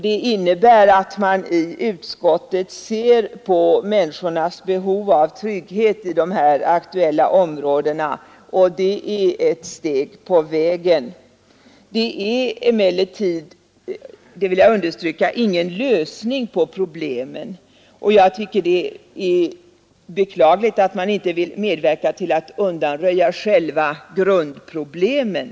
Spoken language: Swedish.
Detta innebär att utskottet tar hänsyn till människornas behov av trygghet i de aktuella områdena. Det är ett litet steg på vägen. Det innebär emellertid — det vill jag understryka — ingen lösning på problemen, och jag finner det beklagligt att man inte kan medverka till att undanröja själva grundproblemen.